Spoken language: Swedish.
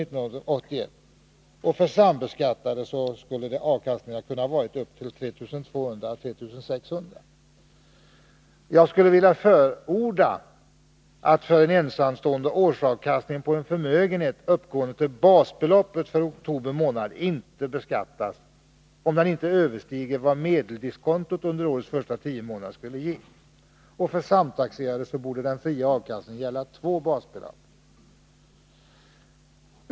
för ensamstående. För sambeskattade torde den skattefria avkastningen ha blivit 3 200-3 600 kr. Jag vill för min del förorda att för en ensamstående årsavkastningen på en förmögenhet uppgående till basbeloppet för oktober månad inte beskattas, om den inte överstiger vad medeldiskontot under årets första tio månader skulle ge. För samtaxerade borde den fria avkastningen gälla två basbelopp.